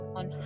on